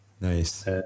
nice